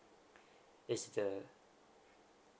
is the